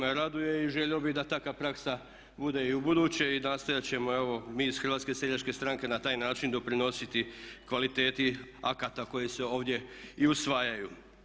I to me raduje i želio bih da takva praksa bude i ubuduće i nastojati ćemo evo mi iz Hrvatske seljačke stranke na taj način doprinositi kvaliteti akata koji se ovdje i usvajaju.